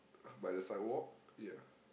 by the side walk ya